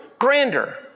grander